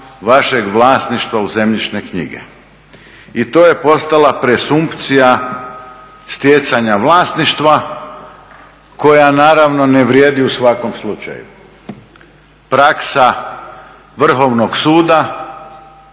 vašeg vlasništva u zemljišne knjige. I to je postala presumpcija stjecanja vlasništva koja naravno ne vrijedi u svakom slučaju. Praksa Vrhovnog suda